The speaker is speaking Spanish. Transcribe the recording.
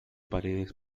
paredes